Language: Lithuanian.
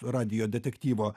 radijo detektyvo